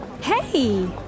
Hey